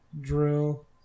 drill